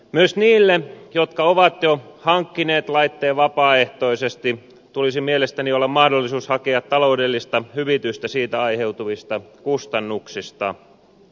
myös niillä jotka ovat jo hankkineet laitteen vapaaehtoisesti tulisi mielestäni olla mahdollisuus hakea taloudellista hyvitystä aiheutuneista kustannuksista